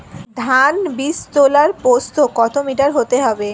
ধান বীজতলার প্রস্থ কত মিটার হতে হবে?